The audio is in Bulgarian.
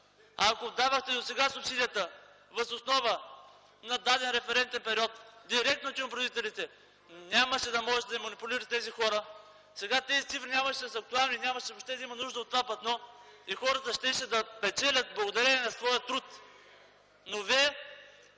Ако давахте досега субсидията, въз основа на даден референтен период, директно на тютюнопроизводителите, нямаше да можете да манипулирате тези хора. Сега тези цифри нямаше да са актуални и въобще нямаше да има нужда от това платно, и хората щяха да печелят, благодарение на своя труд.